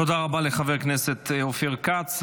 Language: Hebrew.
תודה רבה לחבר הכנסת אופיר כץ.